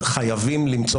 חייבים למצוא